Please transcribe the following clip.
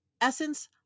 essence